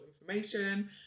information